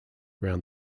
round